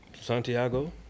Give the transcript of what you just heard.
Santiago